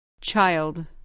Child